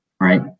right